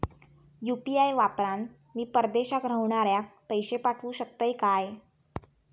UPI वापरान मी परदेशाक रव्हनाऱ्याक पैशे पाठवु शकतय काय?